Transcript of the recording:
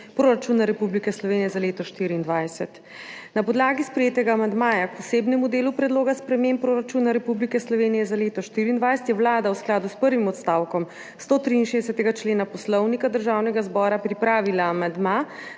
proračuna Republike Slovenije za leto 2024. Na podlagi sprejetega amandmaja k posebnemu delu Predloga sprememb proračuna Republike Slovenije za leto 2024 je Vlada v skladu s prvim odstavkom 163. člena Poslovnika Državnega zbora pripravila amandma